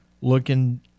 Looking